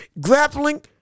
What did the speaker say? grappling